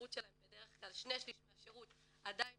בדרך כלל 2/3 מהשירות עדיין